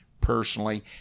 personally